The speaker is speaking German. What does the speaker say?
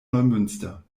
neumünster